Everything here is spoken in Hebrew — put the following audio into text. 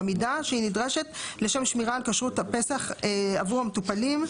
במידה שהיא נדרשת לשם שמירה על כשרות הפסח עבור המטופלים.